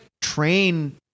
train